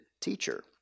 teacher